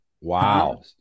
Wow